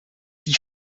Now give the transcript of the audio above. die